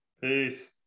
peace